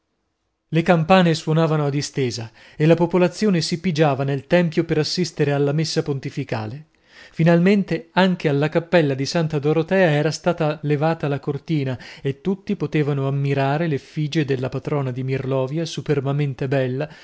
le campane suonavano a distesa e la popolazione si pigiava nel tempio per assistere alla messa pontificale finalmente anche alla cappella di santa dorotea era stata levata la cortina e tutti potevano ammirare l'effigie della patrona di mirlovia superbamente bella